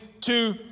two